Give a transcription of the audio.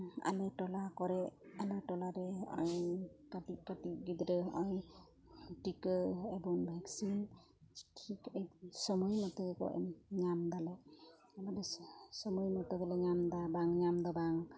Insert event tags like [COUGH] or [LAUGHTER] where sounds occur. ᱟᱞᱮ ᱴᱚᱞᱟ ᱠᱚᱨᱮ ᱟᱞᱮ ᱴᱚᱞᱟ ᱨᱮ ᱦᱚᱸᱜᱼᱚᱭ ᱠᱟᱹᱴᱤᱡ ᱠᱟᱹᱴᱤᱡ ᱜᱤᱫᱽᱨᱟᱹ ᱦᱚᱸᱜᱼᱚᱭ ᱴᱤᱠᱟᱹ [UNINTELLIGIBLE] ᱵᱷᱮᱠᱥᱤᱱ ᱥᱚᱢᱚᱭ ᱢᱚᱛᱚ [UNINTELLIGIBLE] ᱧᱟᱢ ᱮᱫᱟᱞᱮ ᱟᱞᱮ ᱫᱚ ᱥᱚᱢᱚᱭ ᱢᱚᱛᱚ ᱵᱟᱞᱮ ᱧᱟᱢᱮᱫᱟ ᱵᱟᱝ ᱧᱟᱢ ᱫᱚ ᱵᱟᱝ